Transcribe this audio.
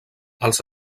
els